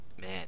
man